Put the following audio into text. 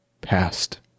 Past